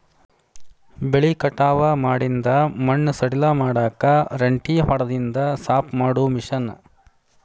ಬೆಳಿ ಕಟಾವ ಮಾಡಿಂದ ಮಣ್ಣ ಸಡಿಲ ಮಾಡಾಕ ರೆಂಟಿ ಹೊಡದಿಂದ ಸಾಪ ಮಾಡು ಮಿಷನ್